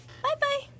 Bye-bye